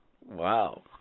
Wow